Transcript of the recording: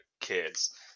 kids